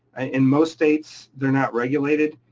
in most states, they're not regulated.